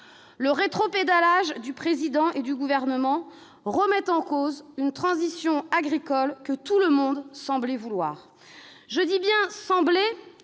Le rétropédalage du Président de la République et du Gouvernement remet en cause une transition agricole que tout le monde semblait vouloir. Je dis bien « semblait »,